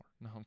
No